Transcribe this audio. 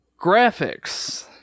graphics